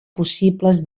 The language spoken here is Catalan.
possibles